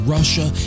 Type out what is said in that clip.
Russia